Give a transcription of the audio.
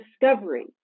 discovery